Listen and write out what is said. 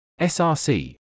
src